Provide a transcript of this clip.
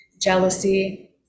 jealousy